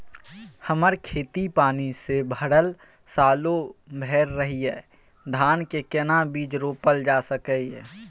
हमर खेत पानी से भरल सालो भैर रहैया, धान के केना बीज रोपल जा सकै ये?